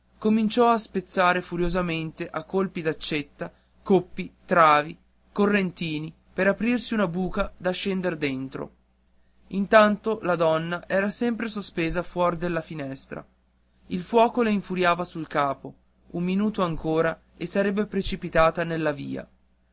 cominciò a spezzare furiosamente a colpi d'accetta coppi travi correntini per aprirsi una buca da scender dentro intanto la donna era sempre sospesa fuor della finestra il fuoco le infuriava sul capo un minuto ancora e sarebbe precipitata nella via